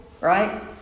right